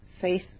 Faith